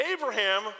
Abraham